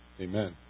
amen